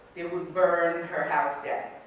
they would burn her house down,